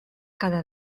cada